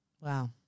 Wow